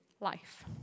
life